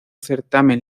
certamen